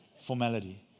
formality